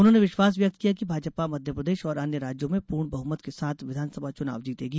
उन्होंने विश्वास व्यक्त किया की भाजपा मध्य प्रदेश और अन्य राज्यों में पूर्ण बहुमत के साथ विघानसभा चुनाव जीतेगी